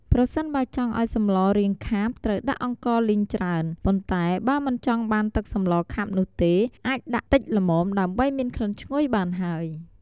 ប្រសិនបើចង់អោយសម្លរាងខាប់ត្រូវដាក់អង្ករលីងច្រើន ប៉ុន្តែបើមិនចង់បានទឹកសម្លខាប់នោះទេអាចដាក់តិចល្មមដើម្បីមានក្លិនឈ្ងុយបានហើយ។